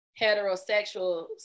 heterosexual